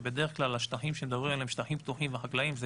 בדרך כלל השטחים הפתוחים והחקלאיים שמדברים